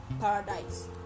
paradise